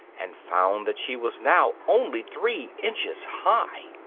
and found that she was now only three inches high.